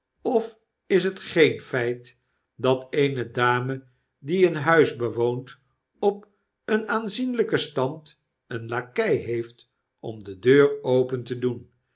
of is het geen feit dat eene dame die een huis bewoont op een aanzienlgken stand een lakei heeft om de deur open te doen